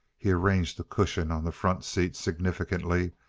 he arranged the cushion on the front seat significantly,